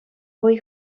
вӑй